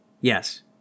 Yes